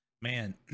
Man